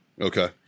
Okay